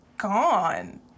Gone